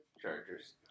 Chargers